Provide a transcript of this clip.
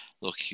look